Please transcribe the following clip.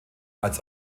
als